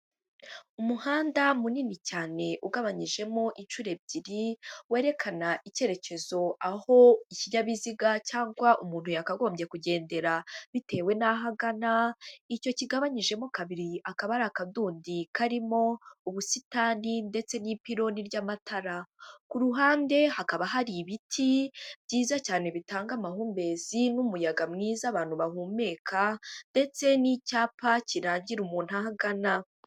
Umuhanda munini cyane ugabanyijemo inshuro ebyiri, werekana icyerekezo aho ikinyabiziga cyangwa umuntu yakagombye kugendera bitewe n'aho agana. Icyo kigabanyijemo kabiri akaba ari akadonjyi karimo ubusitani ndetse n'ipiloni ry'amatara. Ku ruhande hakaba hari ibiti byiza cyane bitanga amahumbezi, n'umuyaga mwiza abantu bahumeka. ndetse n'icyapa kirangira umuntu ahagana.